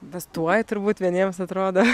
tas tuoj turbūt vieniems atrodo